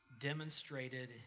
demonstrated